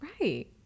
right